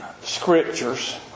scriptures